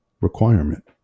requirement